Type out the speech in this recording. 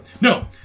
No